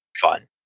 Fun